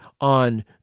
on